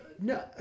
No